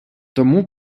тому